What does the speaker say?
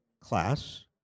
Class